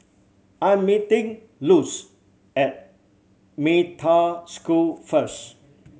I'm meeting Luz at Metta School first